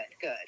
Good